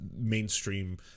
mainstream